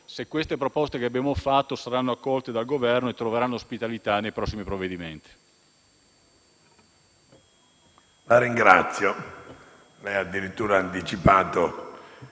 se queste proposte saranno accolte dal Governo e troveranno ospitalità nei prossimi provvedimenti.